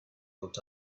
looked